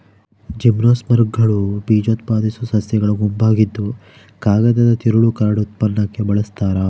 ಜಿಮ್ನೋಸ್ಪರ್ಮ್ಗಳು ಬೀಜಉತ್ಪಾದಿಸೋ ಸಸ್ಯಗಳ ಗುಂಪಾಗಿದ್ದುಕಾಗದದ ತಿರುಳು ಕಾರ್ಡ್ ಉತ್ಪನ್ನಕ್ಕೆ ಬಳಸ್ತಾರ